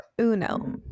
uno